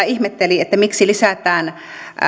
ihmetteli että miksi lisätään